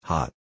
Hot